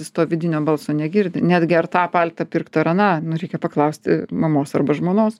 jis to vidinio balso negirdi netgi ar tą paltą pirkt ar aną nu reikia paklausti mamos arba žmonos